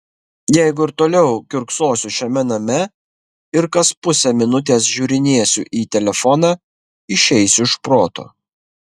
jeigu ir toliau kiurksosiu šiame name ir kas pusę minutės žiūrinėsiu į telefoną išeisiu iš proto